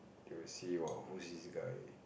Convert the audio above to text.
they will see !wow! who's this guy